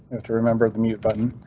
have to remember the mute button.